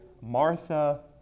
Martha